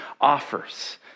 offers